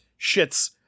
shits